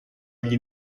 agli